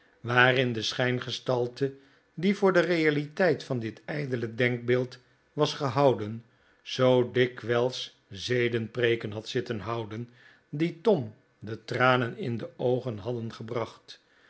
waarin de schijngedaante die voor de realiteit van dit ijdele denkbeeld was gehouden zoo dikwijls zedenpreeken had zitten houden die tom de tranen in de oogen hadden gebracht